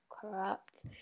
corrupt